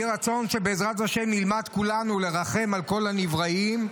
יהי רצון שבעזרת השם נלמד כולנו לרחם על כל הנבראים.